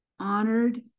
honored